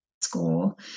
school